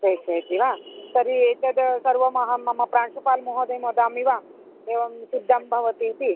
प्रेषयति वा तर्हि एतद् सर्वमहं मम प्रान्शुपाल् महोदयं वदामि वा एवं शुद्धं भवति इति